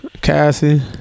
Cassie